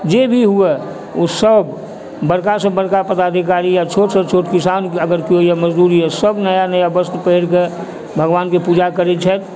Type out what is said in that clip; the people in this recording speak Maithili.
जे भी हुए ओ सब बड़का से बड़का पदाधिकारी या छोट से छोट किसान अगर कोइ यऽ मजदूर यऽ सब नया नया वस्त्र पहिरकऽ भगवानके पूजा करै छथि